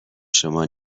شما